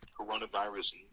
coronavirus